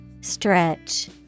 Stretch